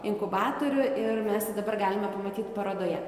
inkubatorių ir mes jį dabar galime pamatyt parodoje